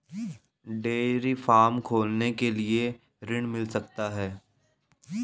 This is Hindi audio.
डेयरी फार्म खोलने के लिए ऋण मिल सकता है?